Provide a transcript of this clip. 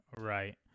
Right